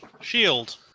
Shield